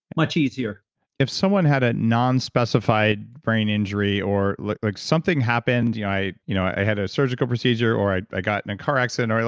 much easier if someone had a non-specified brain injury or like like something happened, yeah i you know i had a surgical procedure or i i got in a car accident.